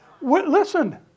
Listen